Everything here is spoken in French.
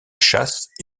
chasse